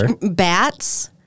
Bats